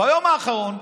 ביום האחרון,